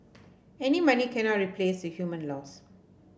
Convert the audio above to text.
any money cannot replace the human loss